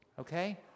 Okay